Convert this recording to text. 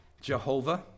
Jehovah